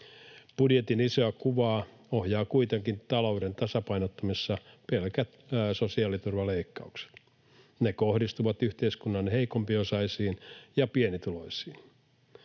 Budjetin isoa kuvaa ohjaavat kuitenkin talouden tasapainottamisessa pelkät sosiaaliturvaleikkaukset. Ne kohdistuvat yhteiskunnan heikompiosaisiin ja pienituloisiin.